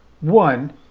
One